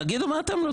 תגידו מה אתם רוצים.